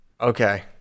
Okay